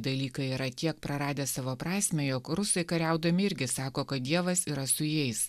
dalykai yra tiek praradę savo prasmę jog rusai kariaudami irgi sako kad dievas yra su jais